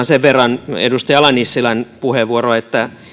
sen verran edustaja ala nissilän puheenvuoroa että